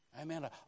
Amen